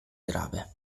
grave